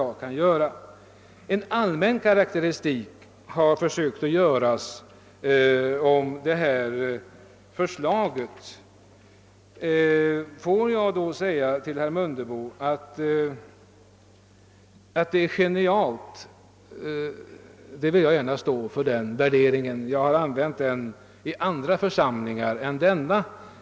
Man har försökt göra en allmän karakteristik av detta förslag. Låt mig säga till herr Mundebo att det är genialt. Jag vill gärna stå för den värderingen. Jag har använt det omdömet inför andra församlingar än denna.